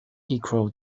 equal